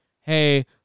hey